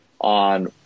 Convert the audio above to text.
on